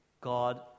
God